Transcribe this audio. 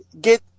get